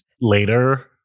later